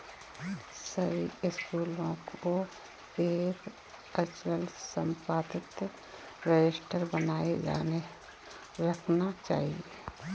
सभी स्कूलों को एक अचल संपत्ति रजिस्टर बनाए रखना चाहिए